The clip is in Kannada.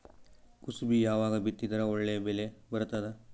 ಕುಸಬಿ ಯಾವಾಗ ಬಿತ್ತಿದರ ಒಳ್ಳೆ ಬೆಲೆ ಬರತದ?